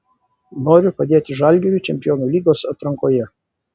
noriu padėti žalgiriui čempionų lygos atrankoje